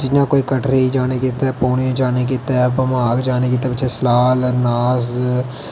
जियां कोई कटरे गी जाने गित्तै पौनी गी जाने गित्तै भमाल जाने गित्तै सलाल जाने गित्तै अरनास ते